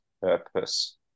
purpose